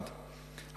א.